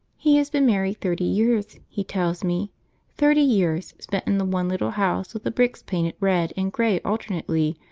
he has been married thirty years, he tells me thirty years, spent in the one little house with the bricks painted red and grey alternately,